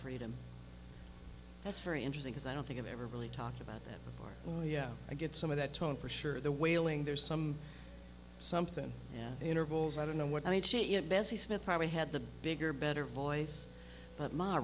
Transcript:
freedom that's very interesting is i don't think i've ever really talked about that before oh yeah i get some of that tone for sure the wailing there's some something in the intervals i don't know what i'd see it bessie smith probably had the bigger better voice but my